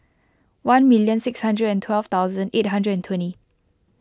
one million six thousand and twelve thousand eight hundred and twenty